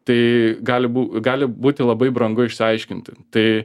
tai gali bū gali būti labai brangu išsiaiškinti tai